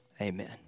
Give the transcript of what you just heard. amen